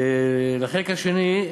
לחלק השני,